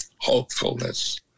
hopefulness